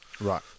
Right